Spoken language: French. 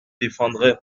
défendrai